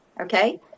Okay